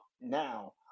now